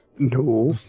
No